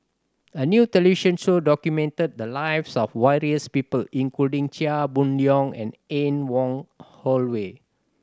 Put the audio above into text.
a new television show documented the lives of various people including Chia Boon Leong and Anne Wong Holloway